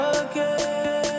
again